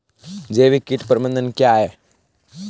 जैविक कीट प्रबंधन क्या है?